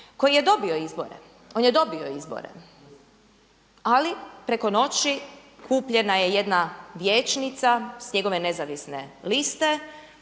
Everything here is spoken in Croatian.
koji je dobio izbore. One je dobio izbore, ali preko noći kupljena je jedna vijećnica s njegove nezavisne liste